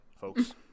folks